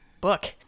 book